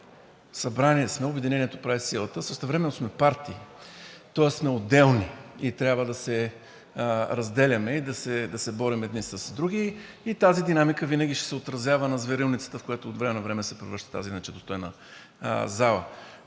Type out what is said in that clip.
Събрание сме, „Обединението прави силата!“ Същевременно сме партии, тоест сме отделни и трябва да се разделяме и да се борим едни с други, и тази динамика винаги ще се отразява на зверилницата, в която от време на време се превръща тази иначе достойна зала.